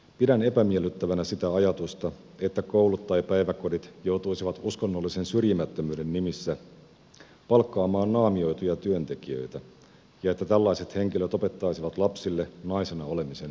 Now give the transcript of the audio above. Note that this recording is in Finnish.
pidän epämiellyttävänä sitä ajatusta että koulut tai päiväkodit joutuisivat uskonnollisen syrjimättömyyden nimissä palkkaamaan naamioituja työntekijöitä ja että tällaiset henkilöt opettaisivat lapsille naisena olemisen mallia